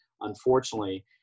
Unfortunately